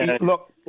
look